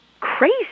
crazy